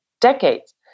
decades